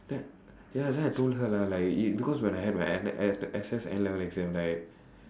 ya then I told her lah like you because when I have my excess N level exam right